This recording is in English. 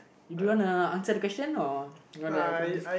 do you wanna answer the question or you wanna